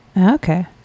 okay